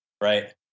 right